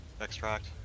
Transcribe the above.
extract